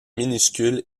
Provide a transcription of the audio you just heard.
minuscule